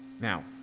Now